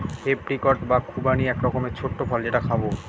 apricot বা খুবানি এক রকমের ছোট্ট ফল যেটা খাবো